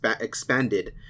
expanded